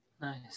nice